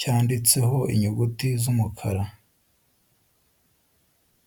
kanditseho inyuguti z'umukara.